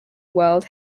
world